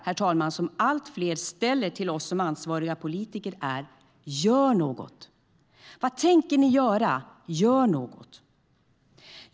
Den fråga som allt fler ställer till oss som ansvariga politiker är: Vad tänker ni göra? Gör något!